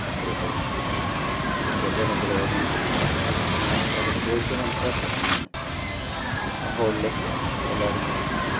അപ്പുറവും ഇപ്പുറവും പിന്നെ കല്ല്യാണ ചിലവെങ്ങനെ അങ്ങനെ എല്ലാ അതെല്ലാം ചോദിച്ച് മനസ്സിലാക്കുക അന്നു തന്നെ ആ ഹോളിലേക്ക് എല്ലാവരും കൂടിയിട്ട്